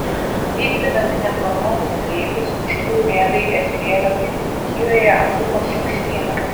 vykdydami neplanuotus reidus miškų urėdai ežerėlio girininkijoje aptiko šiukšlyną